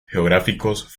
geográficos